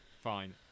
fine